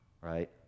right